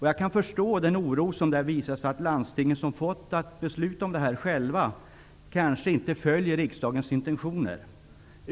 Jag kan förstå den oro som visas för att landstinget som har att besluta om det här kanske inte följer riksdagens intentioner.